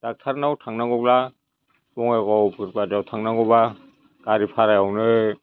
डाक्टारनाव थांनांगौब्ला बङाइगावफोर बायदिआव थांनांगौबा गारि फारायावनो